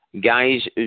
Guys